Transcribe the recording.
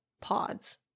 pods